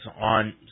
on